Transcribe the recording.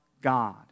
God